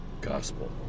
Gospel